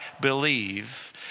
believe